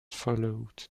followed